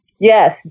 Yes